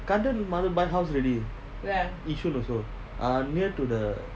mother buy house already yishun also uh near to the